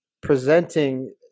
presenting